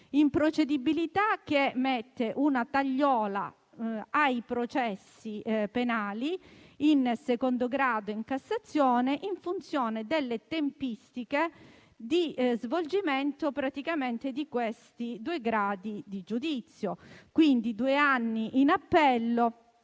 dell'improcedibilità, che mette una tagliola ai processi penali in secondo grado e in Cassazione, in funzione delle tempistiche di svolgimento dei due gradi di giudizio: due anni in appello,